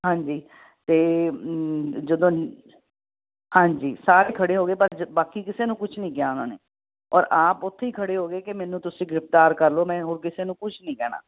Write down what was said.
ਹਾਂਜੀ ਅਤੇ ਜਦੋਂ ਹਾਂਜੀ ਸਾਰੇ ਖੜ੍ਹੇ ਹੋ ਗਏ ਪਰ ਜ ਬਾਕੀ ਕਿਸੇ ਨੂੰ ਕੁਛ ਨਹੀਂ ਕਿਹਾ ਉਹਨਾਂ ਨੇ ਔਰ ਆਪ ਉੱਥੇ ਹੀ ਖੜ੍ਹੇ ਹੋ ਗਏ ਕਿ ਮੈਨੂੰ ਤੁਸੀਂ ਗ੍ਰਿਫ਼ਤਾਰ ਕਰ ਲਓ ਮੈਂ ਹੋਰ ਕਿਸੇ ਨੂੰ ਕੁਛ ਨਹੀਂ ਕਹਿਣਾ